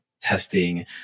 testing